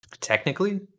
Technically